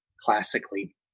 classically